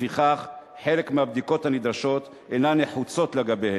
ולפיכך חלק מהבדיקות הנדרשות אינן נחוצות לגביה,